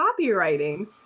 copywriting